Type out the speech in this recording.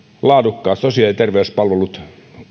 laadukkaat sosiaali ja terveyspalvelut